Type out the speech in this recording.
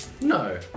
No